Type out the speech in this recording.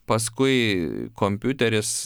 paskui kompiuteris